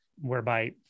whereby